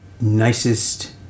nicest